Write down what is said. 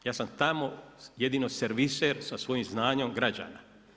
Ja sam tamo jedino serviser sa svojim znanjem građana.